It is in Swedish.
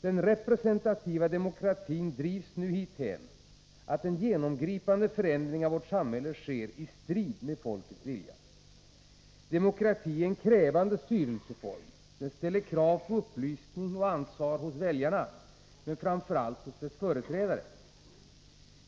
Den representativa demokratin drivs nu dithän att en genomgripande förändring av vårt samhälle sker i strid med folkets vilja. Demokrati är en krävande styrelseform. Den ställer krav på upplysning och ansvar hos väljarna, men framför allt hos deras företrädare.